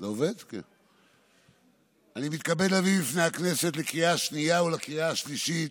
אני מתכבד להביא בפני הכנסת לקריאה השנייה ולקריאה השלישית,